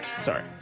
Sorry